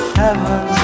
heaven